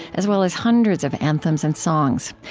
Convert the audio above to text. as well as hundreds of anthems and songs.